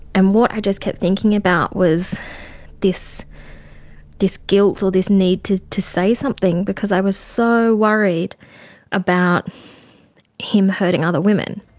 and what i kept thinking about was this this guilt, or this need to to say something, because i was so worried about him hurting other women.